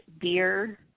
beer